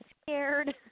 scared